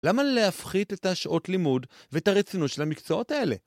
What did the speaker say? ‫למה להפחית את השעות לימוד ‫ואת הרצינות של המקצועות האלה?